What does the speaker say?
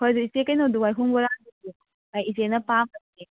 ꯍꯣꯏ ꯑꯗꯣ ꯏꯆꯦ ꯀꯩꯅꯣꯗꯨ ꯌꯥꯏꯈꯣꯡ ꯕꯣꯔꯥꯗꯣ ꯑꯩ ꯏꯆꯦꯅ